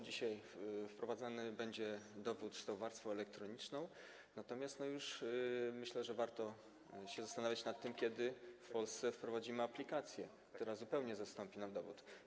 Dzisiaj wprowadzany będzie dowód z warstwą elektroniczną, natomiast myślę, że już warto się zastanawiać nad tym, kiedy w Polsce wprowadzimy aplikację, która zupełnie zastąpi nam dowód.